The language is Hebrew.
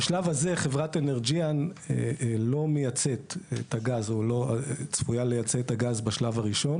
בשלב הזה חברת אנרג'יאן לא צפויה לייצא את הגז בשלב הראשון.